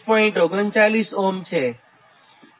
39 Ω છે